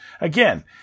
again